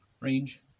range